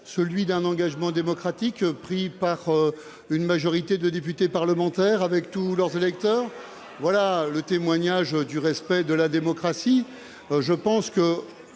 de l'engagement démocratique pris par une majorité de députés devant tous leurs électeurs ? Voilà un témoignage du respect de la démocratie.